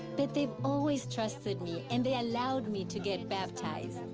but they've always trusted me and they allowed me to get baptized.